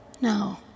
No